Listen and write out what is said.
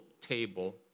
table